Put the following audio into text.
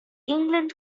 england